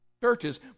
churches